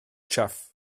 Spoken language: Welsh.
chyff